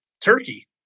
turkey